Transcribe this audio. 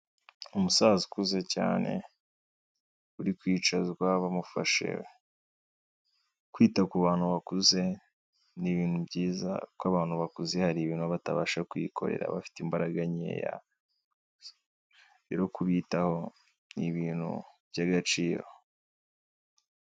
Umusaza ukuze cyane, uri kwicazwa bamufashe, kwita ku bantu bakuze ni ibintu byiza kuko abantu bakuze hari ibintu baba batabasha kwikorera bafite imbaraga nkeya rero yo kubitaho ni ibintu by'agaciro.